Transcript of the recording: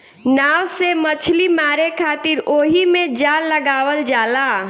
नाव से मछली मारे खातिर ओहिमे जाल लगावल जाला